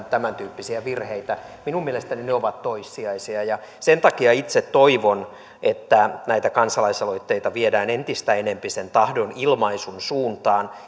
tämäntyyppisiä virheitä minun mielestäni ne ovat toissijaisia ja sen takia itse toivon että näitä kansalaisaloitteita viedään entistä enempi sen tahdonilmaisun suuntaan